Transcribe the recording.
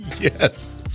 Yes